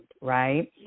right